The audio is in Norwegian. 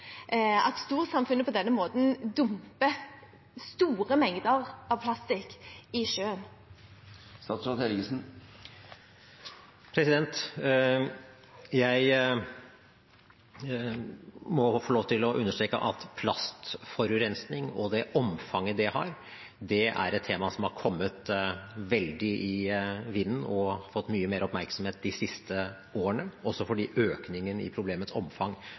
at storsamfunnet på denne måten dumper store mengder plastikk i sjøen. Jeg må få lov til å understreke at plastforurensning og det omfanget det har, er et tema som har kommet veldig i vinden og har fått økende oppmerksomhet de siste årene – også fordi økningen i problemets omfang